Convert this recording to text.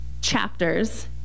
chapters